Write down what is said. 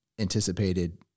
anticipated